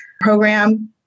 program